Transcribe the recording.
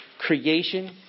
creation